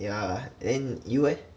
yeah then you leh